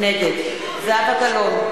נגד זהבה גלאון,